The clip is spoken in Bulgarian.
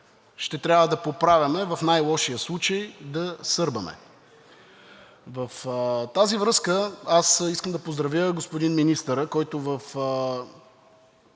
ще трябва да поправяме, в най-лошия случай да сърбаме. В тази връзка искам да поздравя господин министъра, който в